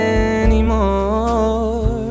anymore